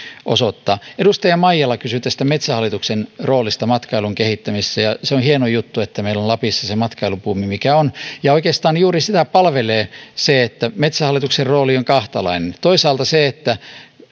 osoittaa edustaja maijala kysyi metsähallituksen roolista matkailun kehittämisessä se on hieno juttu että meillä on lapissa se se matkailubuumi mikä on oikeastaan juuri sitä palvelee se että metsähallituksen rooli on kahtalainen toisaalta on se että